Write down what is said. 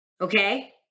okay